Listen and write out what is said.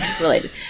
related